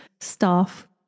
staff